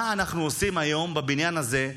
מה אנחנו עושים היום בבניין הזה.